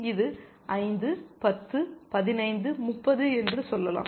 இது 5 10 15 30 என்று சொல்லலாம்